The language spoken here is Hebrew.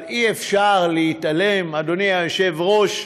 אבל אי-אפשר להתעלם, אדוני היושב-ראש,